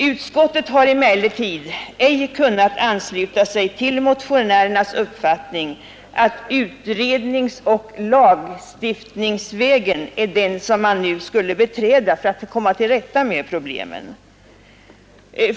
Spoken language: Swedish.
Utskottet har emellertid ej kunnat ansluta sig till motionärernas uppfattning att utredningsoch lagstiftningsvägen är den som man nu skulle beträda för att komma till rätta med problemen.